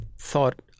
thought